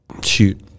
shoot